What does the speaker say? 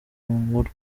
nkuru